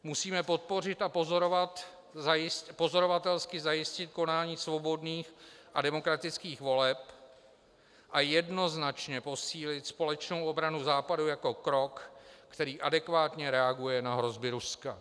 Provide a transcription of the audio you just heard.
Musíme podpořit a pozorovatelsky zajistit konání svobodných a demokratických voleb a jednoznačně posílit společnou obranu Západu jako krok, který adekvátně reaguje na hrozby Ruska.